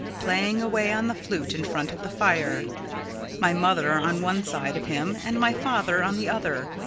playing away on the flute in front of the fire my mother on one side of him and my father on the other,